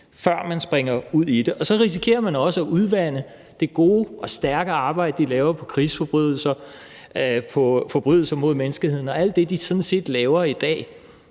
før man springer ud i det. Og så risikerer man også at udvande det gode og stærke arbejde, de laver i forhold til krigsforbrydelser, forbrydelser mod menneskeheden og alt det, de sådan set laver i dag,